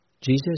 Jesus